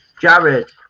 Jared